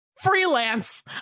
freelance